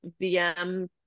VM